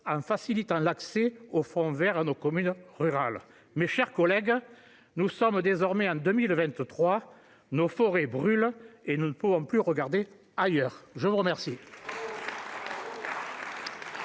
en facilitant l'accès au fonds vert pour nos communes rurales. Mes chers collègues, nous sommes désormais en 2023, nos forêts brûlent et nous ne pouvons plus regarder ailleurs ! La parole